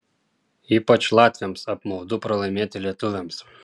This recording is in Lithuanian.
ypač latviams apmaudu pralaimėti lietuviams